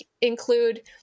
include